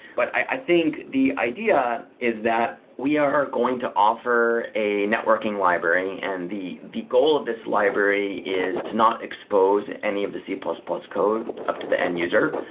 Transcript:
but i think the idea is that we are going to offer a networking library, and the the goal of this library is to not expose any of the c plus plus code up to the end user.